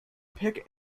pick